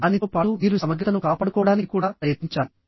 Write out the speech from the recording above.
దానితో పాటు మీరు సమగ్రతను కాపాడుకోవడానికి కూడా ప్రయత్నించాలి